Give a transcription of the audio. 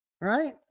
right